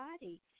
body